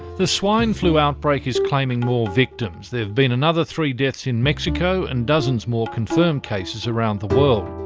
the swine flu outbreak is claiming more victims. there have been another three deaths in mexico and dozens more confirmed cases around the world.